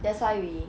that's why we